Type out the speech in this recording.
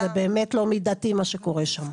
זה באמת לא מידתי מה שקורה שם,